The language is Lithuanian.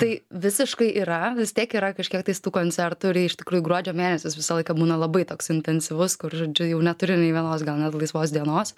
tai visiškai yra vis tiek yra kažkiek tais tų koncertų ir jie iš tikrųjų gruodžio mėnesis visą laiką būna labai toks intensyvus kur žodžiu jau neturiu nei vienos gal net laisvos dienos